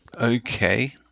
Okay